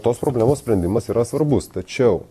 tos problemos sprendimas yra svarbus tačiau